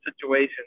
situation